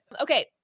okay